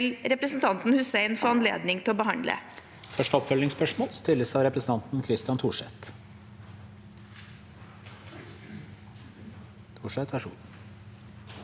det vil representanten Hussein få anledning til å behandle.